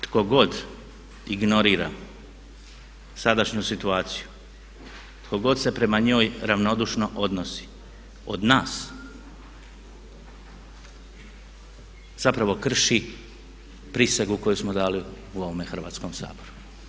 Tko god ignorira sadašnju situaciju, tko god se prema njoj ravnodušno odnosi od nas zapravo krši prisegu koju smo dali u ovome Hrvatskome saboru.